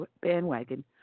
bandwagon